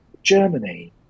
Germany